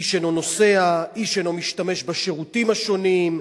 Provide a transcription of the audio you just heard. איש אינו נוסע, איש אינו משתמש בשירותים השונים,